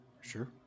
Sure